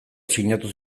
sinatu